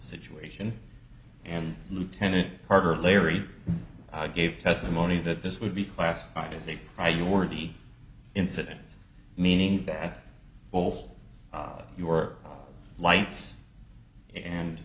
situation and lieutenant carter larry i gave testimony that this would be classified as a priority incident meaning that both your li